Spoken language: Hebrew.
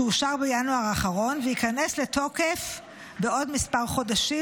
שאושר בינואר האחרון וייכנס לתוקף בעוד כמה חודשים,